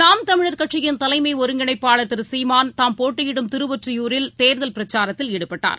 நாம் தமிழர் கட்சியின் தலைமைஒருங்கிணைப்பாளர் திருசீமான் தாம் போட்டியிடும் திருவொற்றியூரில் தேர்தல் பிரச்சாரத்தில் ஈடுபட்டார்